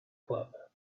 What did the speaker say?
club